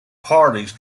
parties